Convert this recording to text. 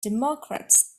democrats